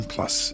Plus